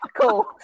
cool